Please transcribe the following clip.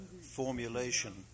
formulation